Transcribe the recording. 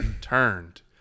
turned